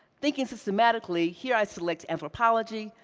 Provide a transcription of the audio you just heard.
thinking systematically, here i select anthropology,